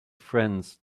friends